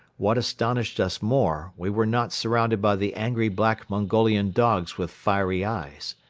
what astonished us more, we were not surrounded by the angry black mongolian dogs with fiery eyes.